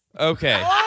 Okay